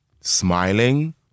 smiling